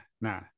nah